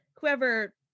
whoever